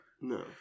No